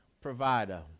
provider